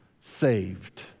saved